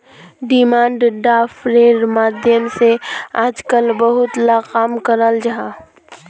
demand ड्राफ्टेर माध्यम से आजकल बहुत ला काम कराल जाहा